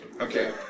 Okay